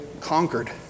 conquered